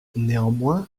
néanmoins